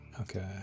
okay